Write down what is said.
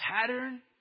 pattern